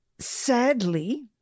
Sadly